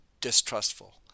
distrustful